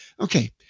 Okay